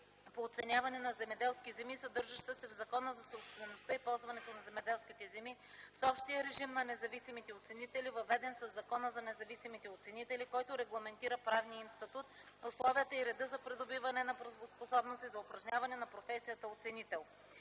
по оценяване на земеделски земи, съдържаща се в Закона за собствеността и ползуването на земеделските земи, с общия режим на независимите оценители, въведен със Закона за независимите оценители, който регламентира правния им статут, условията и реда за придобиване на правоспособност и за упражняване на професията оценител.